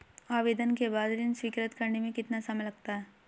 आवेदन के बाद ऋण स्वीकृत करने में कितना समय लगता है?